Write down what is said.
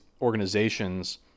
organizations